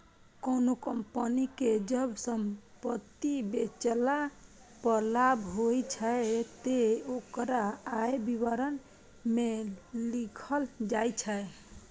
कोनों कंपनी कें जब संपत्ति बेचला पर लाभ होइ छै, ते ओकरा आय विवरण मे लिखल जाइ छै